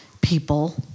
people